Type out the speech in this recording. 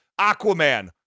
Aquaman